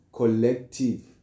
collective